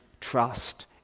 trust